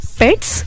pets